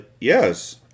yes